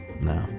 No